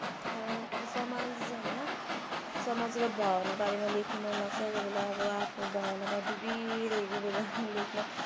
समाज होइन समाज र भावनाको बारेमा लेख्न मनलाग्छ कोही बेला अब आफू भावनामा डुबिरहेको बेलामा लेख्न